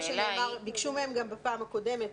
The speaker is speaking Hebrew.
ביקשו מהם גם בפעם הקודמת,